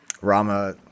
Rama